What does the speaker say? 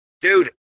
dude